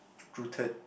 rooted